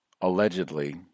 allegedly